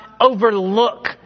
overlook